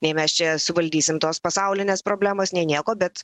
nei mes čia suvaldysim tos pasaulinės problemos nei nieko bet